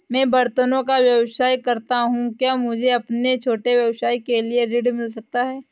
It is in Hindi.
मैं बर्तनों का व्यवसाय करता हूँ क्या मुझे अपने छोटे व्यवसाय के लिए ऋण मिल सकता है?